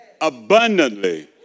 abundantly